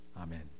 Amen